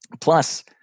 Plus